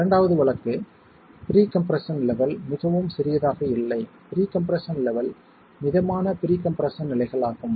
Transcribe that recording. இரண்டாவது வழக்கு pre compression level மிகவும் சிறியதாக இல்லை ப்ரீ கம்ப்ரெஸ்ஸன் லெவல் மிதமான ப்ரீ கம்ப்ரெஸ்ஸன் நிலைகளாகும்